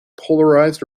polarized